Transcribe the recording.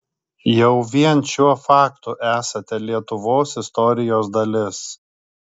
jau vien šiuo faktu esate lietuvos istorijos dalis